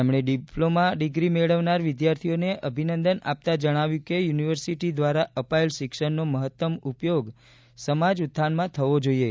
તેમણે ડિપ્લોમાં ડિગ્રી મેળવનારા વિદ્યાર્થીઓને અભિનંદન આપતા જણાવ્યું કે યુનિવર્સિટી દ્વારા અપાયેલ શિક્ષણનો મહત્તમ ઉપયોગ સમાજ ઉત્થાનમાં થવો જોઈએ